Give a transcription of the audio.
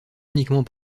uniquement